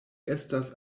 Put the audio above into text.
estas